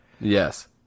yes